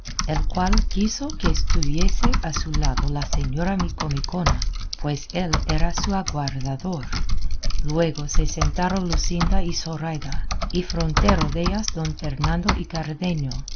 el cual quiso que estuviese a su lado la señora micomicona pues él era su aguardador luego se sentaron luscinda y zoraida y frontero dellas don fernando y cardenio